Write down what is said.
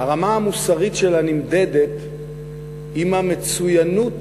הרמה המוסרית שלה נמדדת אם המצוינות